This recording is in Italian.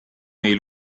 nei